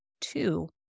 two